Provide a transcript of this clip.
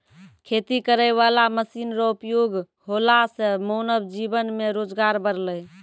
खेती करै वाला मशीन रो उपयोग होला से मानब जीवन मे रोजगार बड़लै